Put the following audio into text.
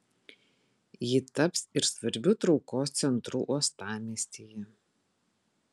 ji taps ir svarbiu traukos centru uostamiestyje